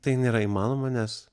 tai nėra įmanoma nes